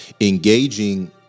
engaging